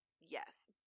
Yes